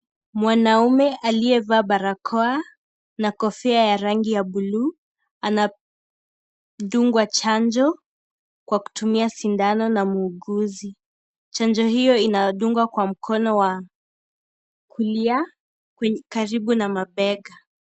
Mwanaume aliyevaa barakoa na kofia ya rangi ya buluu anadungwa chanjo kwa kutumia sindano na muuguzi, chanjo hiyo inadungwa kwa mkono wa kulia karibu na mabega.